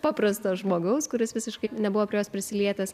paprasto žmogaus kuris visiškai nebuvo prie jos prisilietęs